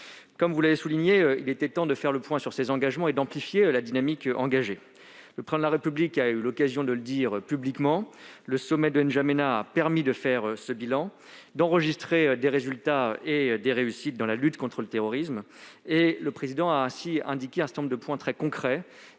Vous l'avez souligné : il était temps de faire le point sur ces engagements et d'amplifier la dynamique amorcée. Le Président de la République a eu l'occasion de le dire publiquement : le sommet de N'Djamena a permis de dresser ce bilan, d'enregistrer des résultats et des réussites dans la lutte contre le terrorisme. Ainsi, il a indiqué un certain nombre d'avancées très concrètes,